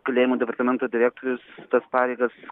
kalėjimų departamento direktorius tas pareigas